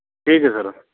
ਠੀਕ ਹੈ ਸਰ